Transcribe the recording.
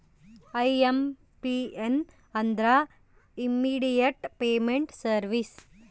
IMPS ಅಂದ್ರ immediate payment services